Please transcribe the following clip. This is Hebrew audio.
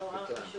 חשוב